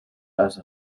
las